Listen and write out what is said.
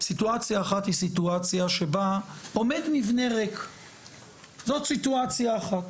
סיטואציה אחת היא סיטואציה שבה עומד מבנה ריק זאת סיטואציה אחת,